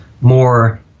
more